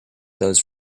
those